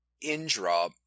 Indra